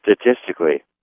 Statistically